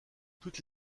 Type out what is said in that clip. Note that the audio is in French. toutes